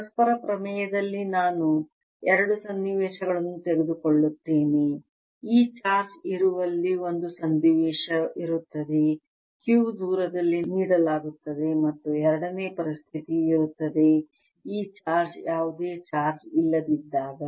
ಪರಸ್ಪರ ಪ್ರಮೇಯದಲ್ಲಿ ನಾನು ಎರಡು ಸನ್ನಿವೇಶಗಳನ್ನು ತೆಗೆದುಕೊಳ್ಳುತ್ತೇನೆ ಈ ಚಾರ್ಜ್ ಇರುವಲ್ಲಿ ಒಂದು ಸನ್ನಿವೇಶ ಇರುತ್ತದೆ Q ದೂರದಲ್ಲಿ ನೀಡಲಾಗುತ್ತದೆ ಮತ್ತು ಎರಡನೆಯ ಪರಿಸ್ಥಿತಿ ಇರುತ್ತದೆ ಈ ಚಾರ್ಜ್ ಯಾವುದೇ ಚಾರ್ಜ್ ಇಲ್ಲದಿದ್ದಾಗ